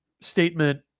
statement